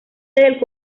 del